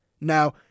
Now